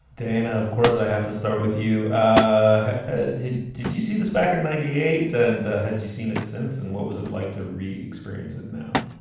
dana, of course, they have to start with you. ah did you see this back in ninety eight? and had you seen it since? and what was it like to re experience it now?